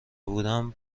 بودم